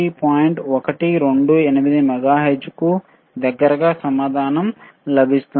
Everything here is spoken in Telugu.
128 మెగాహెర్ట్జ్కు దగ్గరగా సమాధానం లభిస్తుంది